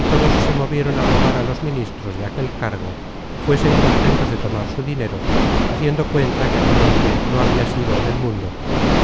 y todos se movieron á rogar á los ministros de aquel cargo fuesen contentos de tomar su dinero haciendo cuenta que aquel hombre no habia sido en el mundo